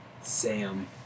Sam